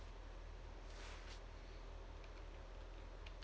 oh